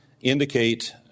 indicate